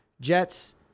Jets